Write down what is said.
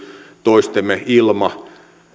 toistemme